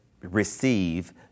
receive